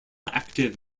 active